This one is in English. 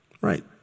right